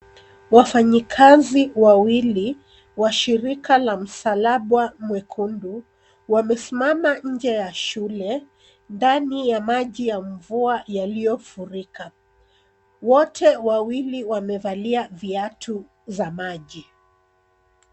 Wafanyikazi wawili wa shirika la msalaba mwekundu wamesimama nje ya shule ndani ya maji ya mvua yaliyofurika. Wote wawili wamevalia viatu za maji.